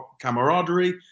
camaraderie